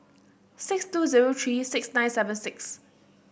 six two zero three six nine seven six